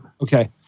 Okay